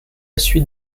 suite